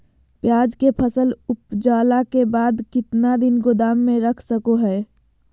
प्याज के फसल उपजला के बाद कितना दिन गोदाम में रख सको हय?